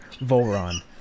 Volron